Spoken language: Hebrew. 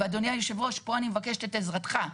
ואדוני יושב הראש, פה אני מבקשת את עזרתך.